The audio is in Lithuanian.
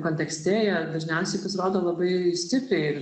kontekste jie dažniausiai pasirodo labai stipriai ir